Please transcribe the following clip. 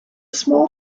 small